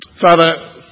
Father